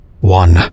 One